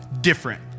different